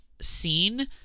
scene